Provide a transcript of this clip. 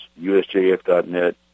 usjf.net